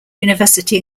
university